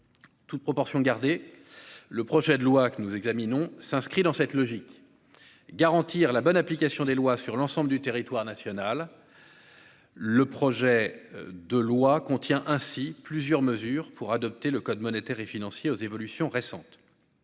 Toutes proportions gardées, le projet de loi que nous examinons s'inscrit dans cette logique : garantir la bonne application des lois sur l'ensemble du territoire national. Il contient ainsi plusieurs mesures pour adapter le code monétaire et financier aux évolutions récentes.